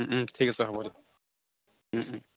ওম ওম ঠিক আছে হ'ব দিয়ক ওম ওম